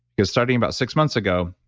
because starting about six months ago,